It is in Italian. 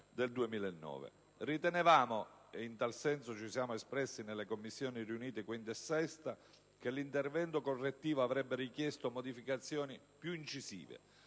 del 2009. Ritenevamo, e in tal senso ci siamo espressi nelle Commissioni riunite 5a e 6a, che l'intervento correttivo avrebbe richiesto modificazioni più incisive,